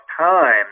time